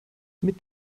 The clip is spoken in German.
mit